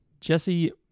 Jesse